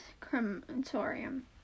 crematorium